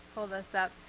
pull this up.